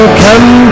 come